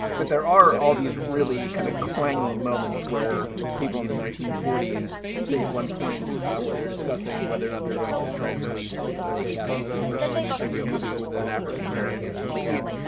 but there are all these really kind of clanging moments where people in the nineteen forty s say at one point when they're discussing whether or not they're going to try and release what they cast as the first studio movie with an african-american lead.